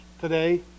today